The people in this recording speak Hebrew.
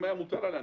אם היה מוטל עליה,